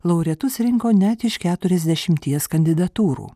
laureatus rinko net iš keturiasdešimties kandidatūrų